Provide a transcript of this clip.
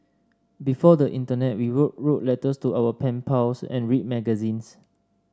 before the internet we wrote wrote letters to our pen pals and read magazines